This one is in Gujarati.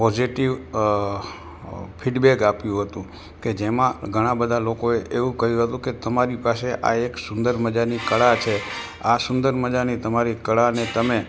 પોઝિટિવ અ ફીડબેક આપ્યું હતું કે જેમાં ઘણા બધા લોકોએ એવું કહ્યું હતું કે તમારી પાસે આ એક સુંદર મજાની કળા છે આ સુંદર મજાની તમારી કળાને તમે